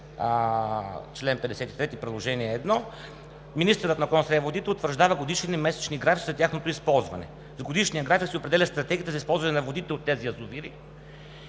чл. 53, Приложение № 1 министърът на околната среда и водите утвърждава годишен и месечни графици за тяхното използване. В годишния график се определя стратегията за използване на водите от тези язовири